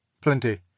Plenty